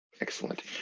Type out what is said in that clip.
Excellent